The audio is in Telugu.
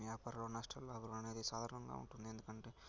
వ్యాపారంలో నష్టాలు లాభాలు అనేది సాధారణంగా ఉంటుంది ఎందుకంటే